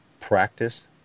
practice